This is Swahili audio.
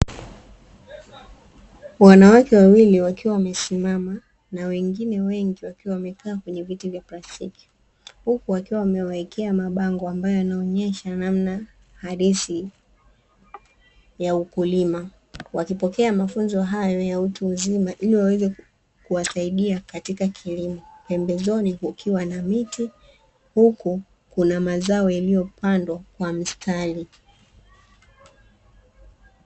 Wanawake wawili wakiwa wamesimama na wengine wengi wakiwa wamekaa kwenye viti vya plastiki, huku wakiwa wamewawekea mabango ambayo yanaonesha namna halisi ya ukulima. Wakipokea mafunzo hayo ya utu uzima ili yaweze kuwasaidia katika kilimo. Pembezoni kukiwa na miti huku kuna mazao yaliyopandwa kwa mstari.